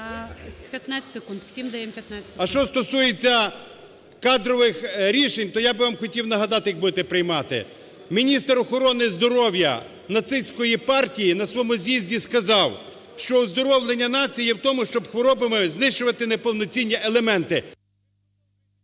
15 секунд. Всім даємо 15 секунд. ШУРМА І.М. А що стосується кадрових рішення, то я би вам хотів нагадати як будете приймати. Міністр охорони здоров'я нацистської партії на своєму з'їзді сказав, що оздоровлення нації є в тому, щоб хворобами знищувати неповноцінні елементи.